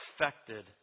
affected